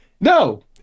no